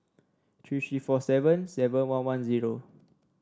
three three four seven seven one one zero